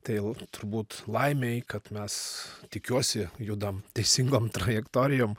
tai turbūt laimei kad mes tikiuosi judam teisingom trajektorijom